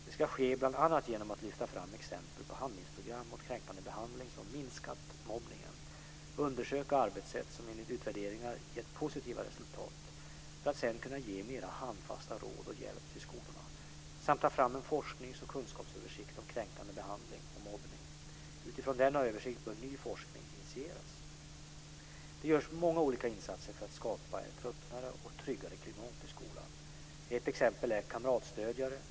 Detta ska bl.a. ske genom att lyfta fram exempel på handlingsprogram mot kränkande behandling som minskat mobbningen, undersöka arbetssätt som enligt utvärderingar gett positiva resultat för att sedan kunna ge mer handfasta råd och hjälp till skolorna samt ta fram en forsknings och kunskapsöversikt om kränkande behandling och mobbning. Utifrån denna översikt bör ny forskning initieras. Det görs många olika insatser för att skapa ett öppnare och tryggare klimat i skolan. Ett exempel är kamratstödjare.